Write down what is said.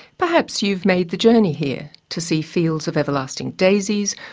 perhaps you've make the journey here to see fields of everlasting daisies,